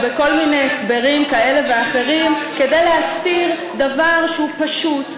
או להסביר בכל מיני הסברים כאלה ואחרים כדי להסתיר דבר שהוא פשוט,